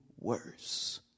worse